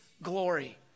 glory